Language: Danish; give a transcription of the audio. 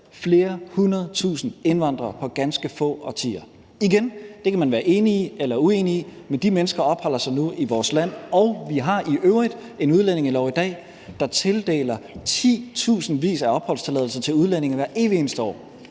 flere hundredtusinde indvandrere på ganske få årtier. Igen: Det kan man være enig i eller uenig i, men de mennesker opholder sig nu i vores land. Vi har i øvrigt en udlændingelov i dag, der tildeler titusindvis af opholdstilladelser til udlændinge hvert evigt eneste år.